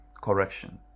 correction